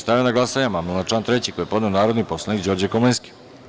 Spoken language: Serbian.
Stavljam na glasanje amandman na član 3. koji je podneo narodni poslanik Đorđe Komlenski.